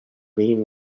main